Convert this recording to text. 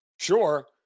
Sure